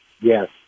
yes